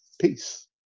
peace